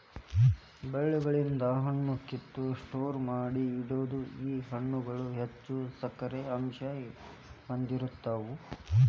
ಬಳ್ಳಿಗಳಿಂದ ಹಣ್ಣ ಕಿತ್ತ ಸ್ಟೋರ ಮಾಡಿ ಇಡುದು ಈ ಹಣ್ಣುಗಳು ಹೆಚ್ಚು ಸಕ್ಕರೆ ಅಂಶಾ ಹೊಂದಿರತಾವ